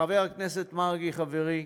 חבר הכנסת מרגי, חברי,